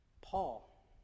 Paul